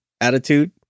attitude